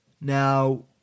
Now